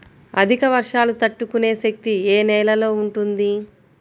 అధిక వర్షాలు తట్టుకునే శక్తి ఏ నేలలో ఉంటుంది?